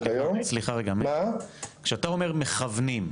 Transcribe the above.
כשאתה אומר מכוונים,